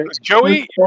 joey